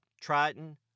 Triton